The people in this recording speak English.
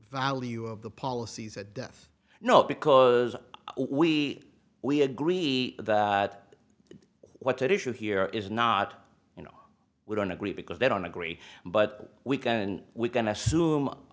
value of the policies at death you know because we we agree that what's at issue here is not you know we don't agree because they don't agree but we can and we can assume